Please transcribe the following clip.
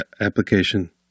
application